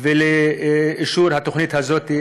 ואישור התוכנית הזאת,